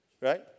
Right